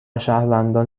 شهروندان